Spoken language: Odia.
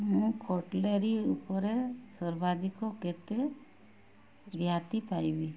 ମୁଁ କଟ୍ଲାରୀ ଉପରେ ସର୍ବାଧିକ କେତେ ରିହାତି ପାଇବି